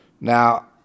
Now